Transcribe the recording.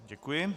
Děkuji.